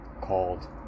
Called